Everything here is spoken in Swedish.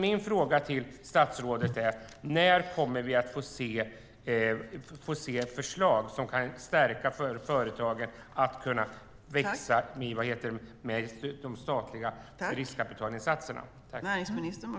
Min fråga till statsrådet är: När kommer vi att få se ett förslag som kan stärka företagen och få dem att växa med de statliga riskkapitalinsatserna?